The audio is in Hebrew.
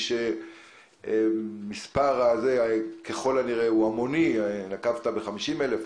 כשמספר החולים הוא המוני ככל הנראה,